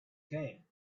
came